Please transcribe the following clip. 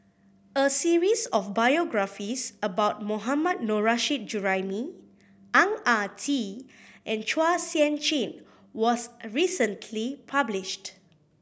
a series of biographies about Mohammad Nurrasyid Juraimi Ang Ah Tee and Chua Sian Chin was recently published